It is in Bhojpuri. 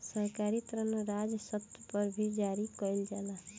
सरकारी ऋण राज्य स्तर पर भी जारी कईल जाला